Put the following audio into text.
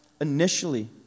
initially